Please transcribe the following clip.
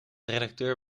redacteur